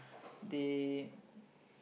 they